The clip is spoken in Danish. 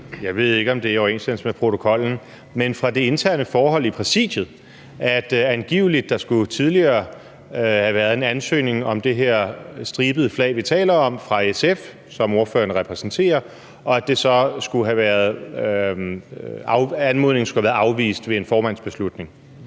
jeg ved ikke, om det er i overensstemmelse med protokollen – fra det interne forhold i Præsidiet, at der angiveligt tidligere skulle have været en ansøgning om det her stribede flag, som vi taler om, fra SF, som ordføreren repræsenterer, og at anmodningen så skulle have været afvist ved en formandsbeslutning.